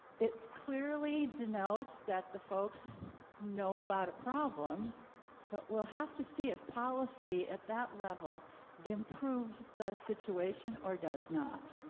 clearly denotes that the folks know about a problem but we'll have to see if policy at that level improves the situation or does not.